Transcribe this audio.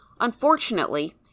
Unfortunately